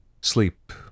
Sleep